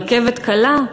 רכבת קלה.